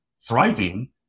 thriving